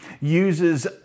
uses